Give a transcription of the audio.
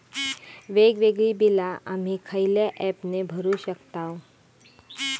वेगवेगळी बिला आम्ही खयल्या ऍपने भरू शकताव?